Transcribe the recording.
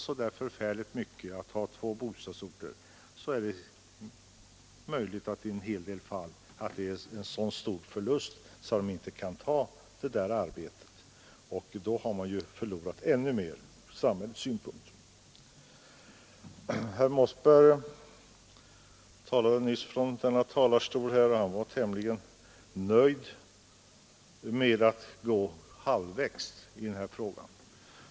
Om det kostar så mycket att ha två bostadsorter kanske de inte har råd att ta ett anvisat arbete, och då förlorar samhället ännu mer, Herr Mossberg var tämligen nöjd med att gå halvvägs i denna fråga.